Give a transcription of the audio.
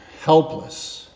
helpless